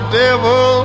devil